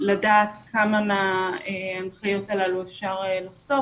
לדעת כמה מההנחיות הללו אפשר לחשוף.